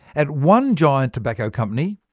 at one giant tobacco company,